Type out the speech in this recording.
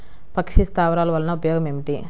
పక్షి స్థావరాలు వలన ఉపయోగం ఏమిటి?